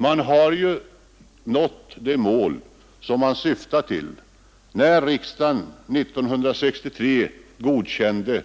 Man har ju nått det mål som man syftade till, när riksdagen 1963 godkände